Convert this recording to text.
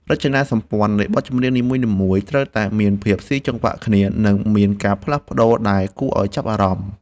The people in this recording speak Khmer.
រចនាសម្ព័ន្ធនៃបទចម្រៀងនីមួយៗត្រូវតែមានភាពស៊ីចង្វាក់គ្នា និង មានការផ្លាស់ប្តូរដែលគួរឱ្យចាប់អារម្មណ៍។